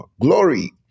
Glory